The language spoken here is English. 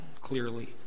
clearly